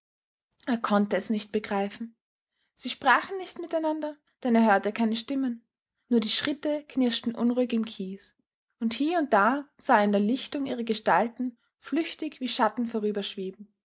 er konnte es nicht begreifen sie sprachen nicht miteinander denn er hörte keine stimmen nur die schritte knirschten unruhig im kies und hie und da sah er in der lichtung ihre gestalten flüchtig wie schatten